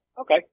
Okay